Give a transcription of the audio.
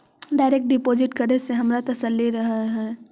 direct deposit करे से हमारा तसल्ली रहअ हई